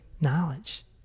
knowledge